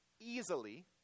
easily